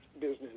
business